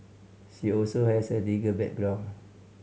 she also has a legal background